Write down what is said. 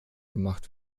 gemacht